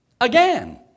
again